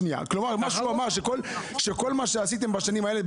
מה שהוא אמר זה שכל מה שעשיתם בשנים האלה,